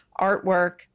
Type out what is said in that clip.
artwork